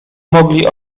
mogli